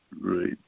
right